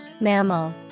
Mammal